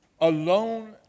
alone